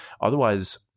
Otherwise